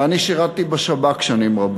ואני שירתי בשב"כ שנים רבות.